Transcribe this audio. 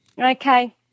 Okay